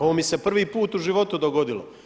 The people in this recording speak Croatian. Ovo mi se prvi put u životu dogodilo.